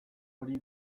hori